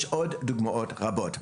יש עוד דוגמאות רבות.